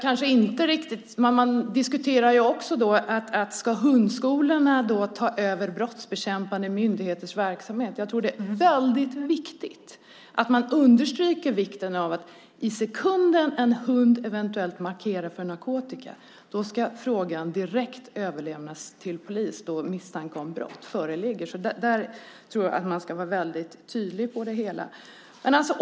Man diskuterar också om hundskolorna ska ta över brottsbekämpande myndigheters verksamhet. Jag tror att det är väldigt viktigt att man understryker vikten av att i den sekund en hund markerar för narkotika ska frågan direkt överlämnas till polis, då misstanke om brott föreligger. Där tror jag att man ska vara väldigt tydlig.